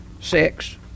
six